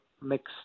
mixed